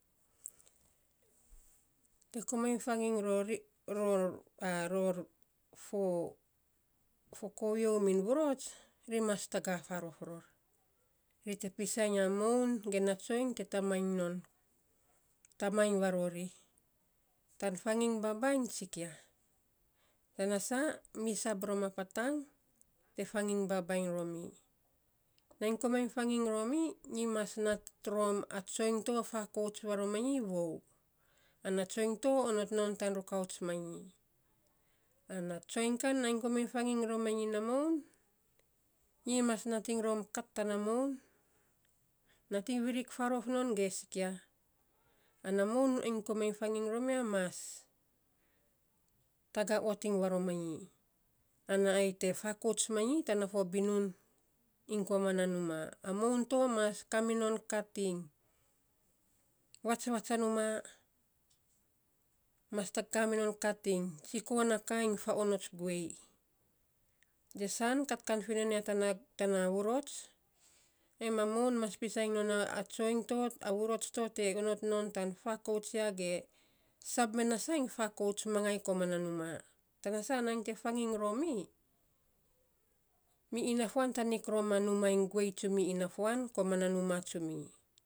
Tee komainy faging ror ror fo fo kovio min vurots ri mas tagaa faarof ror, ri te pisai a moun ge na tsoiny te tamainy non, tamainy varori, tan faging babainy tsikia, tana saa mi sab rom a patang, te faging babainy romi. Nainy komainy faging rom, nyi mas nat rom a tsoiny to fakouts varomainy vou. Ana tsoiny to onot non tan ruaks ruaks mainyi. Ana tsoiny kan nainy komainy faging romainy naa moun, nyi mas nating ro kat tan moun, nyi mas rom kat tana moun nating viirik faarof non ge sikia, ana moun ai komainy faging rom ya mas tagaa ot iny varomainyi, ana ai te fakouts manyi tana fo binun iny koman na nuuma. A moun to mas kaminon kat iny vatsvats a nuumma, mas kaminon kat iny tsikoo na ka iny fa onots guei. Jesan, kat kan finon ya tana tana vurots ain ma moun ma pisainy non a tsoiny to a vurots to te onot non tan fakouts ya, ge sab me na sa iny fakouts mangai iny koman na nuuma. Tana saa nainy te faging romi mi inafuan tanik rom a nuuma inu guei koman na nuuma tsumi.